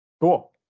cool